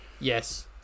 Yes